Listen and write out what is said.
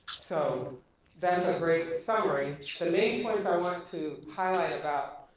so that's a great summary. the main points i want to highlight about